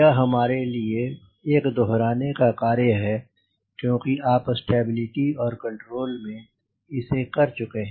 यह हमारे लिए एक दोहराने का कार्य है क्योंकि आप स्टेबिलिटी और कंट्रोल में इसे कर चुके हैं